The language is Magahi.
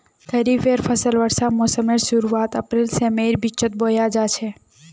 खरिफेर फसल वर्षा मोसमेर शुरुआत अप्रैल से मईर बिचोत बोया जाछे